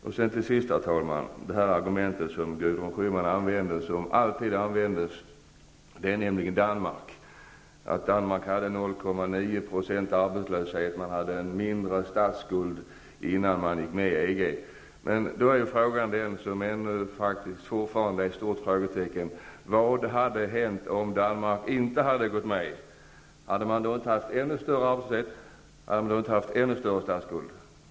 Herr talman! Gudrun Schyman använder ett argument som alltid används, nämligen att Danmark hade en arbetslöshet på 0,9 % och en mindre statsskuld innan man gick med i EG. Då är den stora frågan fortfarande: Vad hade hänt om Danmark inte hade gått med i EG? Hade man då inte haft ännu högre arbetslöshet och ännu större statsskuld?